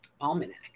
Almanac